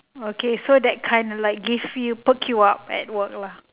okay so that kind like give you perk you up at work lah